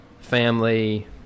family